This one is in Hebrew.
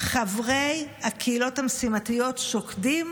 חברי הקהילות המשימתיות שוקדים